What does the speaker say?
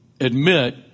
admit